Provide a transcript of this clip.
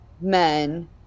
men